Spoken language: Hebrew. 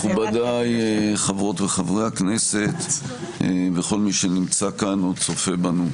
מכובדי חברות וחברי הכנסת וכל מי שנמצא כאן או צופה בנו.